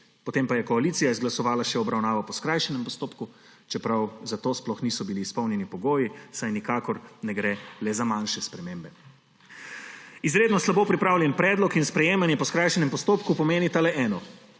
Potem pa je koalicija izglasovala še obravnavo po skrajšanem postopku, čeprav za to sploh niso bili izpolnjeni pogoji, saj nikakor ne gre le za manjše spremembe. Izredno slabo pripravljen predlog in sprejemanje po skrajšanem postopku pomenita le eno